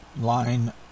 line